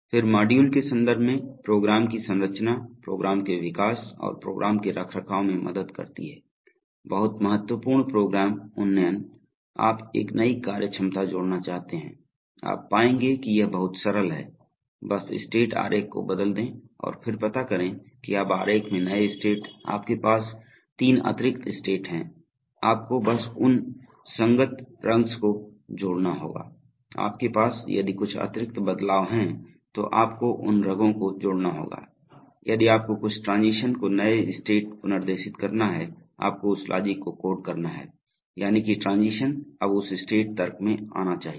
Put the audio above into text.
फिर मॉड्यूल के संदर्भ में प्रोग्राम की संरचना प्रोग्राम के विकास और प्रोग्राम के रखरखाव में मदद करती है बहुत महत्वपूर्ण प्रोग्राम उन्नयन आप एक नई कार्यक्षमता जोड़ना चाहते हैं आप पाएंगे कि यह बहुत सरल है बस स्टेट आरेख को बदल दें और फिर पता करें कि अब आरेख में नए स्टेट आपके पास तीन अतिरिक्त स्टेट हैं आपको बस उन संगत रनों को जोड़ना होगा आपके पास यदि कुछ अतिरिक्त बदलाव हैं तो आपको उन रंगों को जोड़ना होगा यदि आपको कुछ ट्रांजीशन को नए स्टेट पुनर्निर्देशित करना है आपको उस लॉजिक को कोड करना है यानी कि ट्रांजीशन अब उस स्टेट तर्क में आना चाहिए